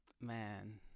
Man